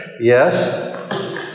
Yes